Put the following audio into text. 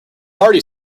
party